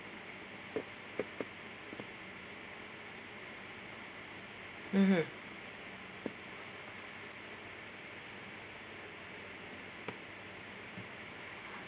mmhmm